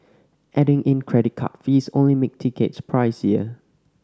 adding in credit card fees only make tickets pricier